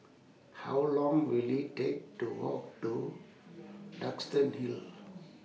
How Long Will IT Take to Walk to Duxton Hill